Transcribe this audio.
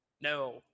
no